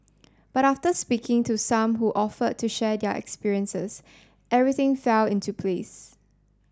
but after speaking to some who offered to share their experiences everything fell into place